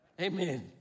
Amen